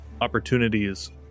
opportunities